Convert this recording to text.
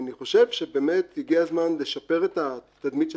אני באמת חושב שהגיע הזמן לשפר את התדמית של